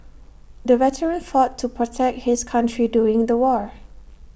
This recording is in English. the veteran fought to protect his country during the war